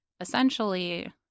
essentially